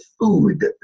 food